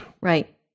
Right